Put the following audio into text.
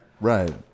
Right